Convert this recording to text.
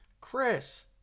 Chris